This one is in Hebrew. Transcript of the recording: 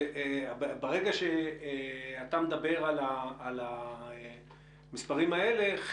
ברגע שאתה מדבר על המספרים האלה,